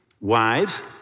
wives